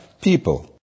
people